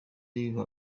niba